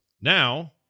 Now